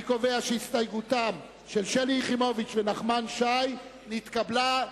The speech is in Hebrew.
אני קובע שהסתייגותם של שלי יחימוביץ ונחמן שי התקבלה,